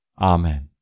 Amen